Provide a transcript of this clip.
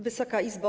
Wysoka Izbo!